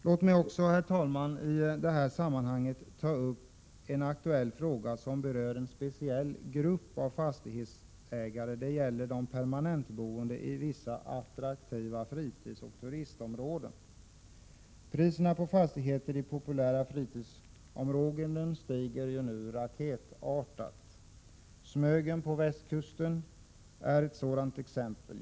Låt mig, herr talman, i detta sammanhang ta upp en aktuell fråga som berör en speciell grupp av fastighetsägare, de permanentboende i vissa attraktiva fritidsoch turistområden. Priserna på fastigheter i populära fritidsområden stiger nu raketartat. Smögen på västkusten är ett sådant exempel.